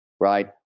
right